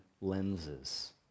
lenses